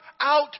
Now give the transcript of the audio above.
out